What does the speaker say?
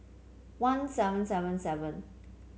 one seven seven seven